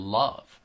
love